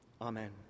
Amen